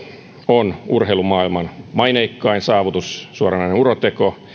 on urheilumaailman maineikkain saavutus suoranainen uroteko